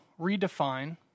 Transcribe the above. redefine